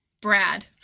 brad